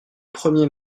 premier